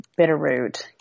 Bitterroot